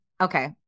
Okay